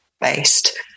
based